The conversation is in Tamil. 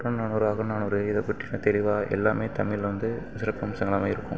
புறநானுறு அகநானூறு இதைப்பற்றிய தெளிவாக எல்லாமே தமிழில் வந்து சிறப்பம்சங்களாக இருக்கும்